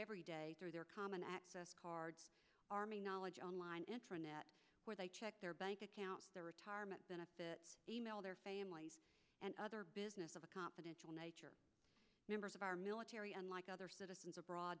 every day through their common access card army knowledge online internet where they check their bank account their retirement benefit e mail their families and other business of a confidential nature members of our military unlike other citizens abroad